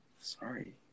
Sorry